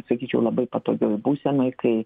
sakyčiau labai patogioj būsenoj kai